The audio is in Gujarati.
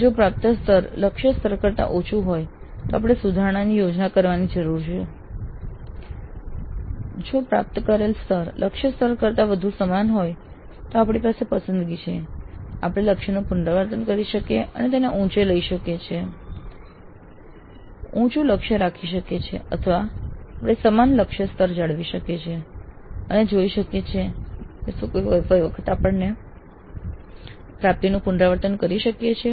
જો પ્રાપ્ત સ્તર લક્ષ્ય સ્તર કરતા ઓછું હોય તો આપણે સુધારણાની યોજના કરવાની જરૂર છે જો પ્રાપ્ત કરેલ સ્તર લક્ષ્ય સ્તર કરતા વધુ સમાન હોય તો આપણી પાસે પસંદગી છે આપણે લક્ષ્યનું પુનરાવર્તન કરી તેને ઊંચે લઇ શકીએ છીએ ઊંચું લક્ષ્ય રાખી શકીએ છીએ અથવા આપણે સમાન લક્ષ્ય સ્તર જાળવી શકીએ અને જોઈ શકીએ છીએ કે શું ફરી વખત પણ આપણે આ પ્રાપ્તિનું પુનરાવર્તન કરી શકીએ છીએ